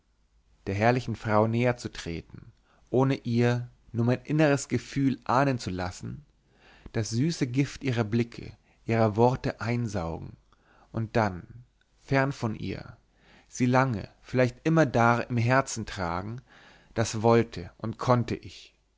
der herrlichen frau näherzutreten ohne ihr nur mein inneres gefühl ahnen zu lassen das süße gift ihrer blicke ihrer worte einsaugen und dann fern von ihr sie lange vielleicht immerdar im herzen tragen das wollte und konnte ich